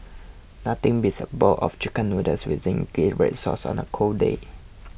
nothing beats a bowl of Chicken Noodles with Zingy Red Sauce on a cold day